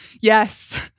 Yes